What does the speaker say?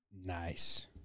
Nice